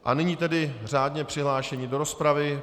A nyní tedy řádně přihlášení do rozpravy.